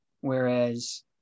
whereas